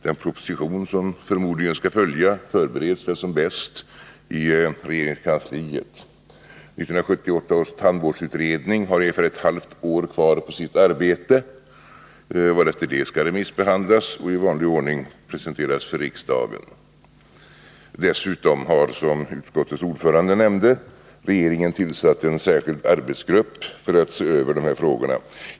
Den proposition som förmodligen skall följa förbereds som bäst i regeringskansliet. 1978 års tandvårdsutredning har ungefär ett halvt år kvar på sitt arbete, varefter resultatet härav skall remissbehandlas och i vanlig ordning presenteras för riksdagen. Dessutom har, som utskottets ordförande nämnde, regeringen tillsatt en särskild arbetsgrupp för att se över de här frågorna.